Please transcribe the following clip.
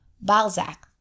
Balzac